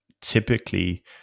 typically